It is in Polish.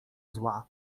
zła